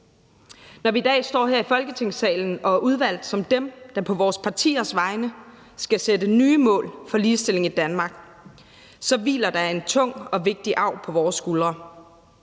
Når vi i dag står her i Folketingssalen og er udvalgt som dem, der på vores partiers vegne skal sætte nye mål for ligestilling i Danmark, så hviler der en tung og vigtig arv på vores skuldre.